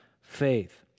faith